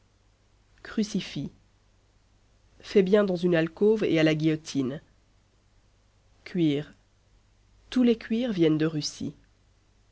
crucifix fait bien dans une alcôve et à la guillotine cuir tous les cuirs viennent de russie